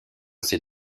ces